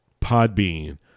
Podbean